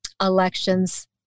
elections